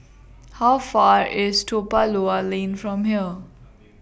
How Far IS Toa Pa Lower Lane from here